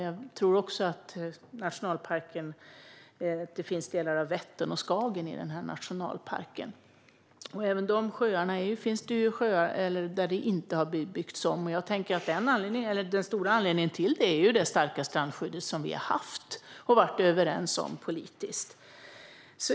Jag tror också att det finns delar av Vättern och Skagern i denna nationalpark, och även runt dessa sjöar finns det stränder där det inte har byggts. Jag tänker att den stora anledningen till detta ju är det starka strandskydd som vi har haft och varit överens om politiskt.